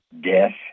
death